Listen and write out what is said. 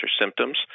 symptoms